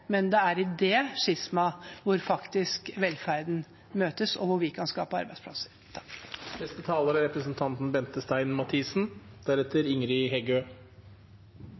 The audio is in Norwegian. men det er i det skismaet at velferden møtes, og hvor vi kan skape arbeidsplasser.